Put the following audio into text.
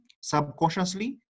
subconsciously